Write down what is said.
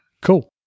Cool